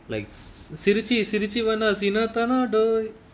like si~ சிரிச்சு சிரிச்சு வந்தா சீனா தானா:sirichu sirichu vantha seenaaa thaanaa doi